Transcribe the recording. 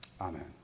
Amen